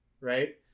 right